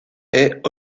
est